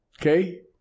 Okay